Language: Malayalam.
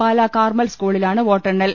പാലാ കാർമൽ സ്കൂളിലാണ് വോട്ടെ ണ്ണൽ